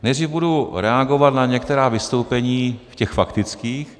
Nejdřív budu reagovat na některá vystoupení těch faktických.